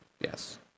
Yes